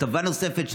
כתבה נוספת,